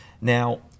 Now